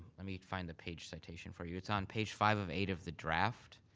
i mean find the page citation for you. it's on page five of eight of the draft,